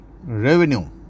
revenue